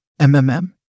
MMM